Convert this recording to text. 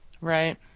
Right